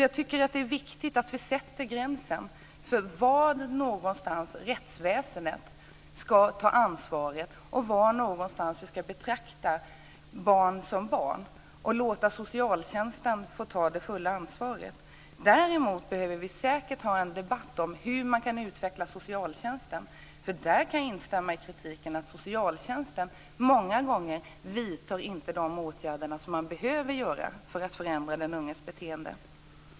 Jag tycker att det är viktigt att vi sätter gränsen för var någonstans rättsväsendet ska ta ansvaret och var någonstans vi ska betrakta barn som barn och låta socialtjänsten ta det fulla ansvaret. Däremot behöver vi säkert ha en debatt om hur man kan utveckla socialtjänsten. Där kan jag instämma i kritiken att socialtjänsten många gånger inte vidtar de åtgärder man behöver göra för att förändra den unges beteende.